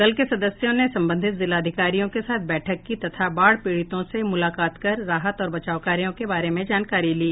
दल के सदस्यों ने संबंधित जिलाधिकारियों के साथ बैठक की तथा बाढ़ पीड़ितों से मुलाकात कर राहत और बचाव कार्यो के बारे में जानकारी ली